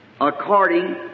According